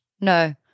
No